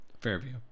Fairview